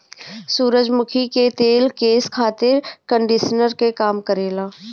सूरजमुखी के तेल केस खातिर कंडिशनर के काम करेला